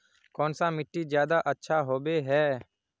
कौन सा मिट्टी ज्यादा अच्छा होबे है?